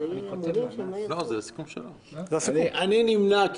אני נמנע,